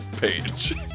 page